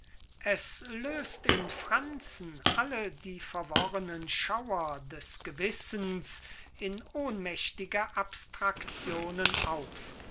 es lößt in franzen all die verworrenen schauer des gewissens in ohnmächtige abstraktionen auf